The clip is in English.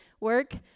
work